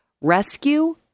Rescue